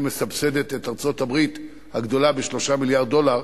מסבסדת את ארצות-הברית הגדולה ב-3 מיליארדי דולרים,